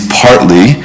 partly